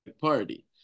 Party